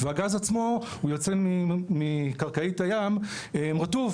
וכשהגז עצמו יוצא מקרקעית הים הוא רטוב,